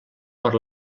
per